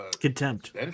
Contempt